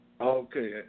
Okay